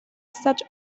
such